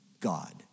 God